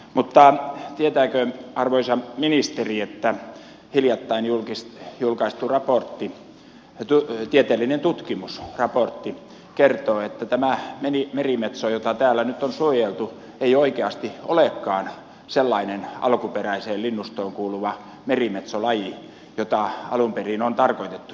mutta tietääkö arvoisa ministeri että hiljattain julkaistu raportti tieteellinen tutkimusraportti kertoo että tämä merimetso jota täällä nyt on suojeltu ei oikeasti olekaan sellainen alkuperäiseen linnustoon kuuluva merimetsolaji jota alun perin on tarkoitettu suojeltavaksi